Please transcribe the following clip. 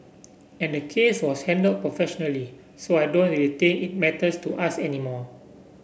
and the case was handled professionally so I don't real think it matters to us anymore